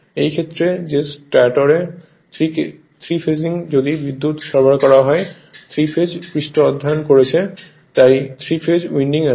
এই ক্ষেত্রে যে স্টেটারে 3 ফেজিং যদি বিদ্যুৎ সরবরাহ করে 3 ফেজ পৃষ্ঠ অধ্যয়ন করেছে তাই 3 ফেজ উইন্ডিং আছে